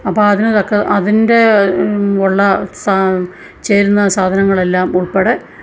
അപ്പോൾ അതിനു തക്ക അതിൻ്റെ ഉള്ള സാ ചേരുന്ന സാധനങ്ങളെല്ലാം ഉൾപ്പെടെ